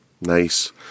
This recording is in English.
Nice